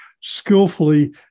skillfully